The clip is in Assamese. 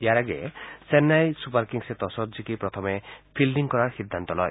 ইয়াৰ আগেয়ে চেন্নাই ছুপাৰ কিংছে টছত জিকি প্ৰথমে ফিন্ডিং কৰাৰ সিদ্ধান্ত লয়